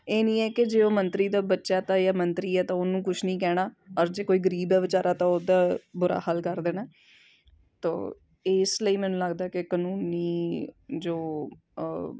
ਇਹ ਨਹੀਂ ਹੈ ਕਿ ਜੇ ਉਹ ਮੰਤਰੀ ਦਾ ਬੱਚਾ ਹੈ ਤਾਂ ਜਾਂ ਮੰਤਰੀ ਹੈ ਤਾਂ ਉਹਨੂੰ ਕੁਛ ਨਹੀਂ ਕਹਿਣਾ ਔਰ ਜੇ ਕੋਈ ਗਰੀਬ ਹੈ ਵਿਚਾਰਾ ਤਾਂ ਉਹਦਾ ਬੁਰਾ ਹਾਲ ਕਰ ਦੇਣਾ ਤੋ ਇਸ ਲਈ ਮੈਨੂੰ ਲੱਗਦਾ ਕਿ ਕਾਨੂੰਨੀ ਜੋ